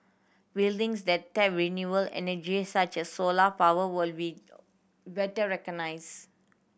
buildings that tap renewable energy such as solar power will be better recognised